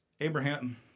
Abraham